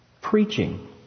preaching